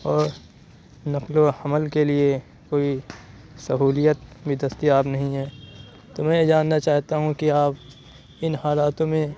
اور نقل و حمل کے لیے کوئی سہولیت بھی دستیاب نہیں ہے تو میں یہ جاننا چاہتا ہوں کہ آپ اِن حالاتوں میں